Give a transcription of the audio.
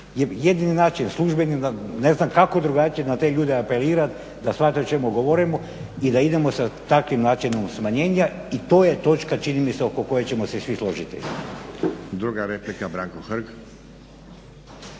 Jedini način, službeni kako drugačije na te ljude apelirat da shvate o čemu govorimo i da idemo sa takvim načinom smanjenja i to je točka čini mi se oko koje ćemo se svi složiti.